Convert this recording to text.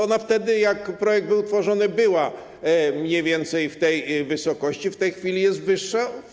Ona wtedy, gdy projekt był tworzony, była mniej więcej w tej wysokości, w tej chwili jest wyższa.